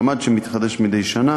מעמד שמתחדש מדי שנה